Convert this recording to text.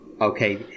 okay